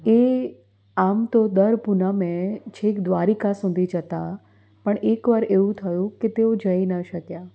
એ આમ તો દર પૂનમે છેક દ્વારિકા સુધી જતાં પણ એક વાર એવું થયું કે તેઓ જઈ ન શક્યા